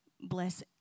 bless